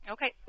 Okay